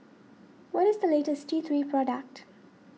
what is the latest T three product